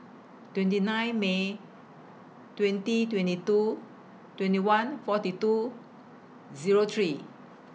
twenty nine May twenty twenty two twenty one forty two Zero three